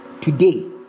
Today